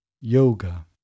yoga